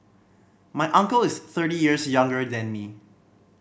my uncle is thirty years younger than me